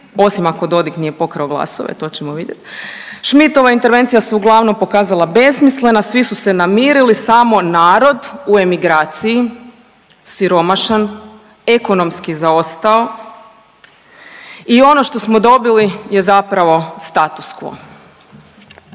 osim ako Dodik nije pokrao glasove, to ćemo vidjeti. Schmidtova intervencija se uglavnom pokazala besmislena. Svi su se namirili samo narod u emigraciji, siromašan, ekonomski zaostao i ono što smo dobili je zapravo status quo.